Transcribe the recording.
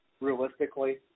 realistically